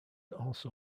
also